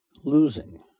losing